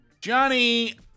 Johnny